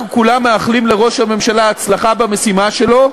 אנחנו כולנו מאחלים לראש הממשלה הצלחה במשימה שלו,